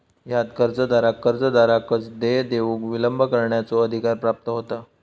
ह्यात कर्जदाराक कर्जदाराकच देय देऊक विलंब करण्याचो अधिकार प्राप्त होता